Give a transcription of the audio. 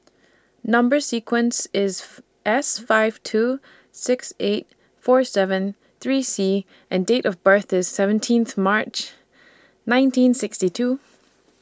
Number sequence IS S five two six eight four seven three C and Date of birth IS seventeenth March nineteen sixty two